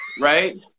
right